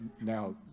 now